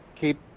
keep